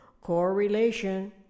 correlation